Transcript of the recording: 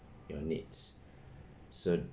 your needs so